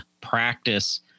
practice